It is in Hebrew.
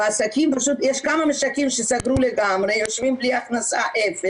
יש כמה משקים שסגרו לגמרי, יושבים בלי הכנסה, אפס,